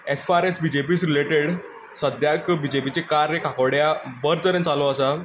as far as B J P is related सद्याक बीजेपीचें कार्य काकोड्या बरें तरेन चालू आसा